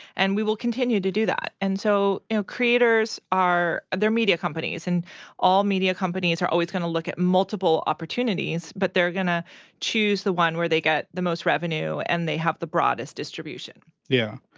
and we will continue to do that. and so, you know, creators, they're media companies. and all media companies are always gonna look at multiple opportunities, but they're gonna choose the one where they get the most revenue and they have the broadest distribution. yeah.